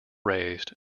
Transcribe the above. raised